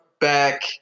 back